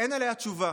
אין עליה תשובה,